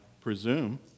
presume